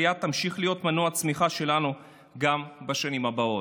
העלייה תמשיך להיות מנוע הצמיחה שלנו גם בשנים הבאות,